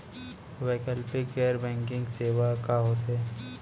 वैकल्पिक गैर बैंकिंग सेवा का होथे?